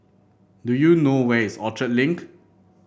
do you know where is Orchard Link